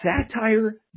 satire